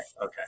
Okay